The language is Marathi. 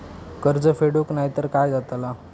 कर्ज फेडूक नाय तर काय जाताला?